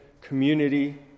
community